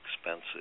expensive